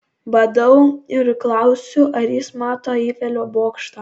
badau ir klausiu ar jis mato eifelio bokštą